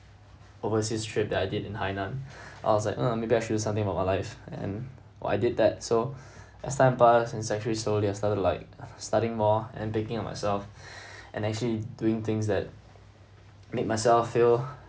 overseas trip that I did in hainan I was like uh maybe I should do something about my life and I did that so as time passed and sec three so then I started like studying more and picking up myself and actually doing things that make myself feel